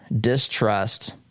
distrust